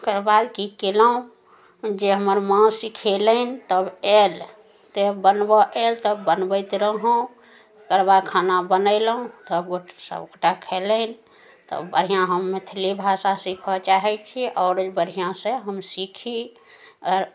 ओकर बाद की केलहुॅं जे हमरा माँ सिखेलनि तब आयल तऽ बनबऽ आयल तऽ बनबैत रहौं ओकर बाद खाना बनेलहुॅं सब गोटे सबगोटा खयलनि तब बढ़िऑं हम मैथली भाषा सीखऽ चाहै छियै आओर एहि बढ़िऑं सऽ हम सीखी आ